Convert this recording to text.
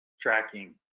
tracking